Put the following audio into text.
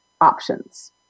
options